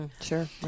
Sure